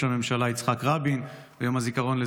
הממשלה יצחק רבין ואת יום הזיכרון של